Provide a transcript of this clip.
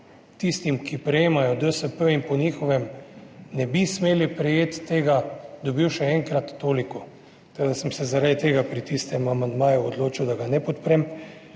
tisti, ki prejema DSP, in po njihovem ne bi smel prejeti tega, dobil še enkrat toliko. Tako da sem se zaradi tega pri tistem amandmaju odločil, da ga ne podprem.